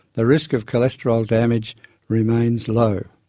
the risk of cholesterol damage remains low.